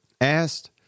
asked